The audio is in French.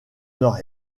nord